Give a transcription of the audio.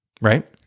right